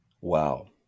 Wow